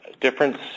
difference